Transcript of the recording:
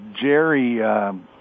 Jerry